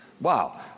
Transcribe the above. Wow